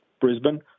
Brisbane